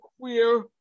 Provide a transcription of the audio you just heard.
queer